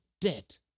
debt